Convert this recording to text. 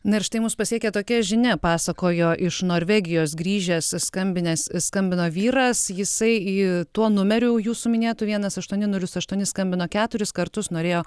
na ir štai mus pasiekė tokia žinia pasakojo iš norvegijos grįžęs skambinęs skambino vyras jisai į tuo numeriu jūsų minėtu vienas aštuoni nulis aštuoni skambino keturis kartus norėjo